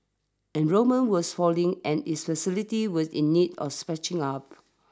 enrolment was falling and its facilities was in need of sprucing up